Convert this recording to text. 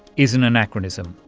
is an anachronism.